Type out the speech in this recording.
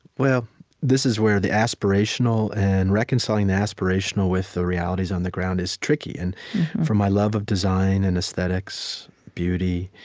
this is where the aspirational, and reconciling the aspirational with the realities on the ground is tricky. and from my love of design and aesthetics, beauty,